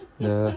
err